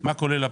מה הוא כולל,